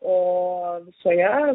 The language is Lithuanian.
o visoje